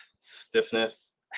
stiffness